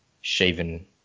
shaven